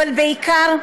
אבל בעיקר,